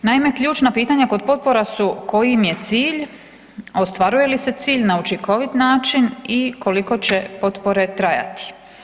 Naime, ključna pitanja kod potpora su koji im je cilj, ostvaruje li se cilj na učinkovit način i koliko će potpore trajati.